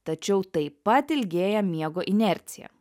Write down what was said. tačiau taip pat ilgėja miego inercija